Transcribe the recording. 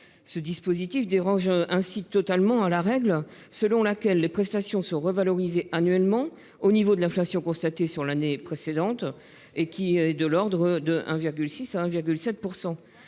Ce dispositif déroge totalement à la règle selon laquelle les prestations sont revalorisées annuellement au niveau de l'inflation constatée sur l'année précédente, qui est de l'ordre de 1,6 % à 1,7 %.